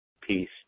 peace